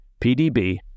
pdb